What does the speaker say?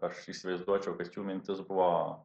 aš įsivaizduočiau kad jų mintis buvo